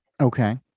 okay